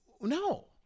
No